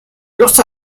los